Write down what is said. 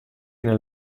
nel